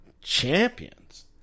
champions